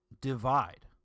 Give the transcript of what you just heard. divide